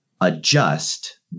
adjust